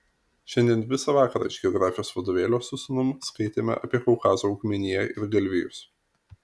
šiandien visą vakarą iš geografijos vadovėlio su sūnum skaitėme apie kaukazo augmeniją ir galvijus